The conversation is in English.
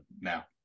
now